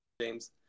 James